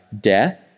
death